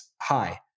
high